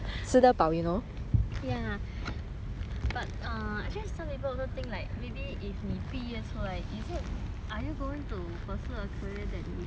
but err actually some people also think like maybe if 你毕业出来 is it you are you going to pursue a career that 你在 university or or